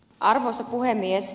arvoisa puhemies